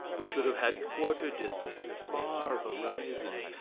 we should have had quarter distances, far horizons,